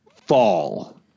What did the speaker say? fall